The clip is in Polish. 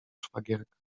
szwagierka